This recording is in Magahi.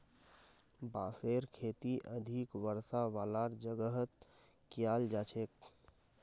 बांसेर खेती अधिक वर्षा वालार जगहत कियाल जा छेक